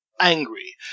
angry